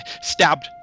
stabbed